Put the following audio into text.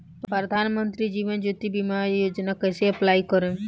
प्रधानमंत्री जीवन ज्योति बीमा योजना कैसे अप्लाई करेम?